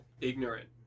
ignorant